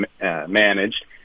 managed